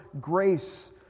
grace